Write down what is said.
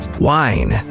Wine